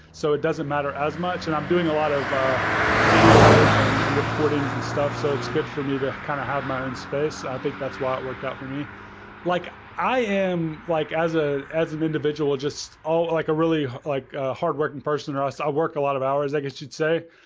so it doesn't matter as much. and i'm doing a lot of ah videos and and recordings and stuff, so it's good for me to kind of have my own space. i think that's why it worked out for me like i am, like as ah as an individual just all, like a really like hardworking person, or us, i work a lot of hours, i guess you'd say.